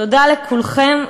תודה לכולכם.